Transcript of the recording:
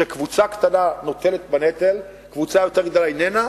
שקבוצה קטנה נושאת בנטל, קבוצה יותר גדולה איננה,